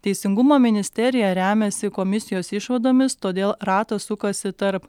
teisingumo ministerija remiasi komisijos išvadomis todėl ratas sukasi tarp